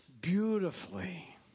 beautifully